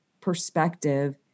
perspective